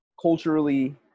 culturally